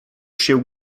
się